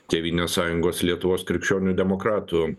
tėvynės sąjungos lietuvos krikščionių demokratų